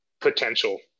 potential